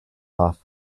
off